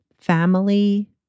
family